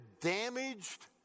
damaged